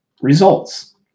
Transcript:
results